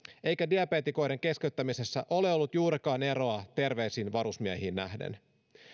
eikä diabeetikoiden keskeyttämisessä ole ollut juurikaan eroa terveisiin varusmiehiin nähden